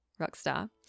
Rockstar